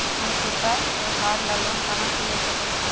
हम छोटा त्योहार ला लोन कहां से ले सकई छी?